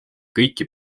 kõiki